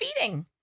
feeding